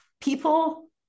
people